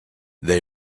they